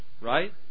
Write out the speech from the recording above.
right